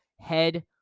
Head